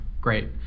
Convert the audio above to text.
great